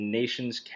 nation's